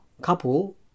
couple